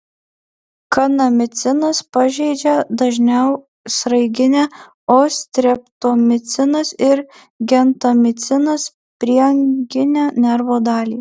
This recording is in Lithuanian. kanamicinas pažeidžia dažniau sraiginę o streptomicinas ir gentamicinas prieanginę nervo dalį